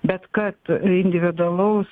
bet kad individualaus